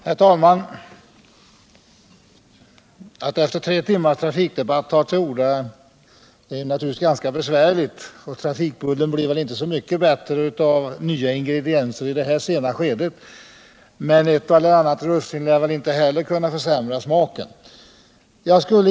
Herr talman! Att efter tre timmars trafikdebatt ta till orda är naturligtvis ganska besvärligt, och trafikbullen blir väl inte så mycket bättre av nya ingredienser i det här sena skedet. Men ett eller annat russin lär väl inte heller kunna försämra smaken!